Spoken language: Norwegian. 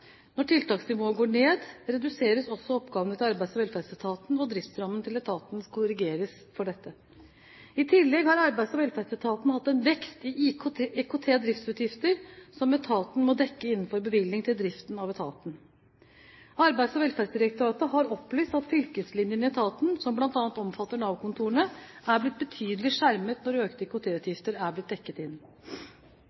Når tiltaksnivået går ned, reduseres også oppgavene til Arbeids- og velferdsetaten, og driftsrammene til etaten korrigeres for dette. I tillegg har Arbeids- og velferdsetaten hatt en vekst i IKT-driftsutgiftene som etaten må dekke innenfor bevilgningen til driften av etaten. Arbeids- og velferdsdirektoratet har opplyst at fylkeslinjen i etaten, som bl.a. omfatter Nav-kontorene, er blitt betydelig skjermet når økte